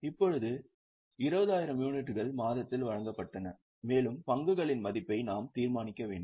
இப்போது 20000 யூனிட்டுகள் மாதத்தில் வழங்கப்பட்டன மேலும் பங்குகளின் மதிப்பை நாம் தீர்மானிக்க வேண்டும்